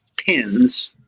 Pins